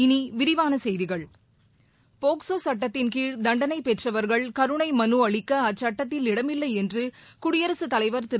இனி விரிவான செய்திகள் போக்சோ சட்டத்தின்கீழ் தண்டனை பெற்றவர்கள் கருணை மனு அளிக்க அச்சட்டத்தில் இடமில்லை என்று குடியரசுத்தலைவர் திரு